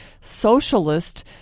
socialist